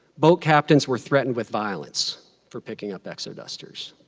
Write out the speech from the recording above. boat captains were threatened with violence for picking up exodusters.